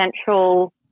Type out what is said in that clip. central